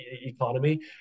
economy